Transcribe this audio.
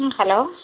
ம் ஹலோ